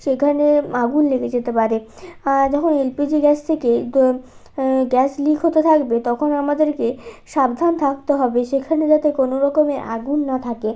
সেখানে আগুন লেগে যেতে পারে যখন এলপিজি গ্যাস থেকে গ্যাস লিক হতে থাকবে তখন আমাদেরকে সাবধান থাকতে হবে সেখানে যাতে কোনো রকমে আগুন না থাকে